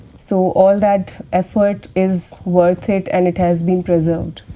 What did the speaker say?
so, all that effort is worth it and it has been preserved.